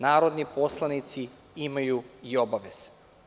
Narodni poslanici imaju i obaveze.